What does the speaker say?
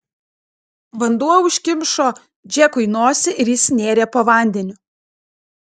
vanduo užkimšo džekui nosį ir jis nėrė po vandeniu